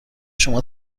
شما